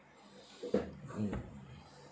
mm